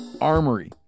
Armory